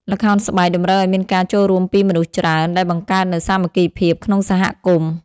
ល្ខោនស្បែក តម្រូវឱ្យមានការចូលរួមពីមនុស្សច្រើន ដែលបង្កើតនូវ សាមគ្គីភាព ក្នុងសហគមន៍។